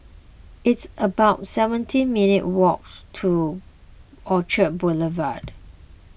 it's about seventeen minutes' walk to Orchard Boulevard